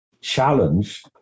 challenge